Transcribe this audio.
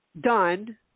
done